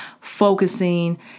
focusing